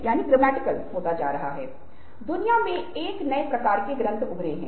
इसलिए अनुपस्थिति की समस्या से निपटें